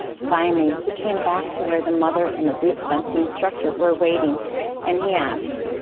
finally, he came back to where the mother and the roots of empathy instructor were waiting and he asked,